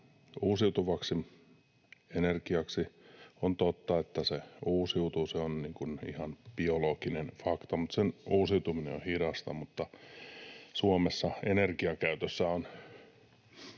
uusiutuvaksi energiaksi. On totta, että se uusiutuu, se on ihan biologinen fakta, mutta sen uusiutuminen on hidasta. Mutta Suomessa on